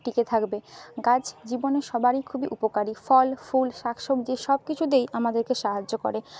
টিকে থাকবে গাছ জীবনে সবারই খুবই উপকারী ফল ফুল শাক সবজি সব কিছুতেই আমাদেরকে সাহায্য করে